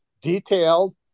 detailed